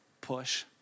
Push